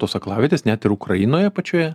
tos aklavietės net ir ukrainoje pačioje